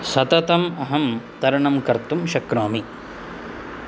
सततम् अहं तरणं कर्तुं शक्नोमि